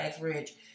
Rich